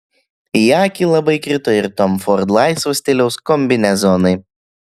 į akį labai krito ir tom ford laisvo stiliaus kombinezonai